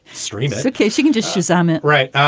scream, so she can just shazam it. right.